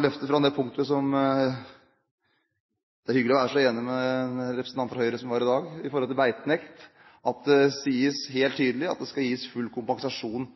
løfte fram punktet om beitenekt – det er hyggelig å være så enig med en representant fra Høyre som jeg er i dag – der det sies helt tydelig at det skal gis full kompensasjon